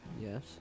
Yes